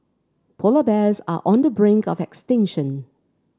polar bears are on the brink of extinction